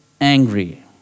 angry